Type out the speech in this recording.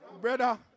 brother